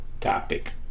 topic